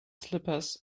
slippers